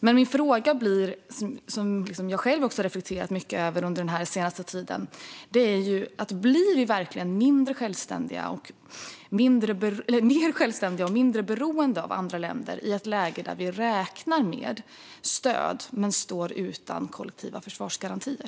Den fråga jag själv har reflekterat över den senaste tiden är om vi verkligen blir mer självständiga och mindre beroende av andra länder i ett läge där vi räknar med stöd men står utan kollektiva försvarsgarantier.